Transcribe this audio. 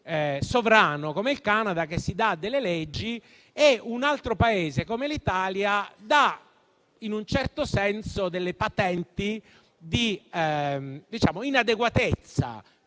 sovrano come il Canada che si dà delle leggi e un altro Paese, come l'Italia, che dà in un certo senso delle patenti di inadeguatezza